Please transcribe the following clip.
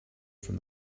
from